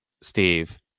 Steve